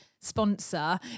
Sponsor